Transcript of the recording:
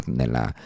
nella